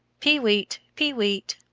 pee-weet, pee-weet,